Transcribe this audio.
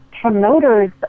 promoters